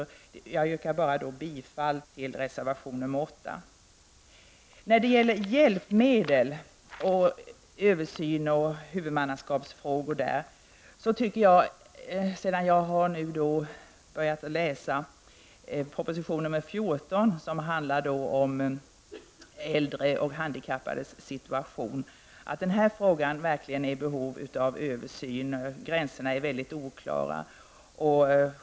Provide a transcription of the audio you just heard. Jag yrkar alltså bara bifall till reservation 8. Vidare har vi hjälpmedel och översyn av huvudmannaskapsfrågan. Jag har läst proposition nr 14 som handlar om äldres och handikappades situation, och jag tycker att frågan verkligen är i behov av översyn. Gränserna är oklara.